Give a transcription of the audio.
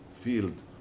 field